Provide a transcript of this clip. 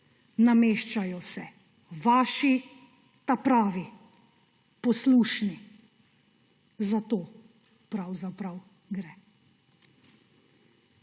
Nameščajo se: vaši, ta pravi, poslušni. Za to pravzaprav gre.